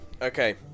Okay